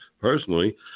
personally